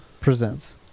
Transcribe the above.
presents